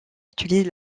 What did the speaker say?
utilise